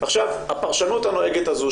עכשיו הפרשנות הנוהגת הזאת,